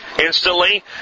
instantly